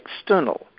external